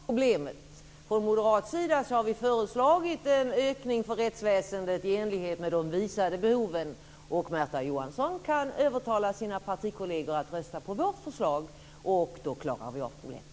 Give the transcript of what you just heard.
Fru talman! Vi kan komma ifrån problemet. Från moderat sida har vi föreslagit en ökning för rättsväsendet i enlighet med de visade behoven. Märta Johansson kan övertala sina partikolleger att rösta på vårt förslag. Då klarar vi av problemet.